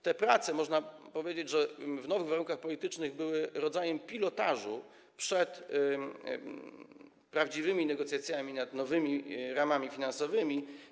Te prace, można powiedzieć, że w nowych warunkach politycznych, były rodzajem pilotażu przed prawdziwymi negocjacjami dotyczącymi nowych ram finansowych.